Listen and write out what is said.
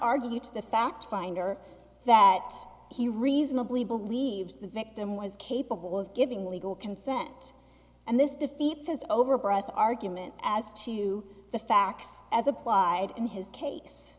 argue to the fact finder that he reasonably believes the victim was capable of giving legal consent and this defeat says over a breath argument as to the facts as applied in his case